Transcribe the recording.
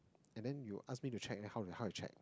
and then you ask me to check then how how I check